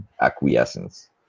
acquiescence